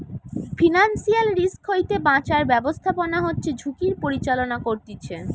financial risk হইতে বাঁচার ব্যাবস্থাপনা হচ্ছে ঝুঁকির পরিচালনা করতিছে